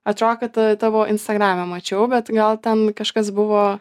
atrodo kad tavo instagrame mačiau bet gal ten kažkas buvo